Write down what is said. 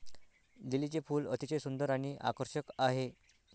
लिलीचे फूल अतिशय सुंदर आणि आकर्षक आहे